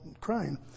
crying